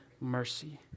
mercy